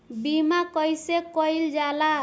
बीमा कइसे कइल जाला?